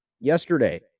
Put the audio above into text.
Yesterday